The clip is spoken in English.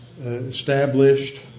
established